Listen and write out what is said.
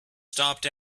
stopped